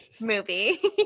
movie